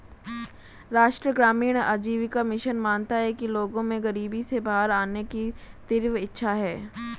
राष्ट्रीय ग्रामीण आजीविका मिशन मानता है कि लोगों में गरीबी से बाहर आने की तीव्र इच्छा है